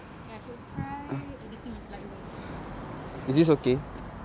okay I should try editing it with light room